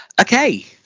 Okay